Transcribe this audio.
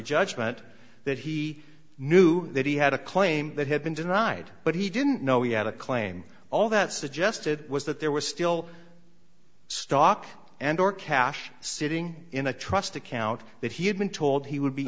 judgment that he knew that he had a claim that had been denied but he didn't know he had a claim all that suggested was that there was still stock and or cash sitting in a trust account that he had been told he would be